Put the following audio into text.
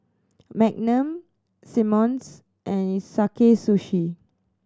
Magnum Simmons and Sakae Sushi